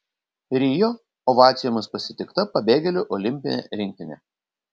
rio ovacijomis pasitikta pabėgėlių olimpinė rinktinė